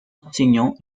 enseignants